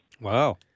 Wow